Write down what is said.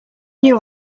new